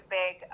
big